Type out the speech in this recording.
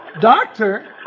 Doctor